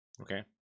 okay